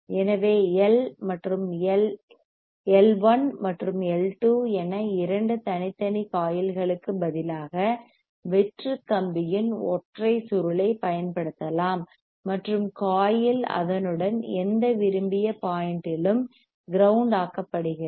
எனவே எல் 1 மற்றும் எல் 2 என இரண்டு தனித்தனி காயில்களுக்கு பதிலாக வெற்று கம்பியின் ஒற்றை சுருளைப் பயன்படுத்தலாம் மற்றும் காயில் அதனுடன் எந்த விரும்பிய பாயிண்ட்யிலும் கிரவுண்ட் ஆக்கப்படுகிறது